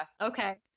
Okay